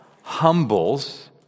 humbles